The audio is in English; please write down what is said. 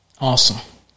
Awesome